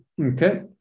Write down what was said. okay